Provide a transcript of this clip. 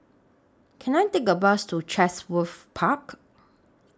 Can I Take A Bus to Chatsworth Park